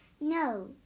No